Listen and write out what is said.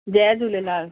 Jay Jhulelal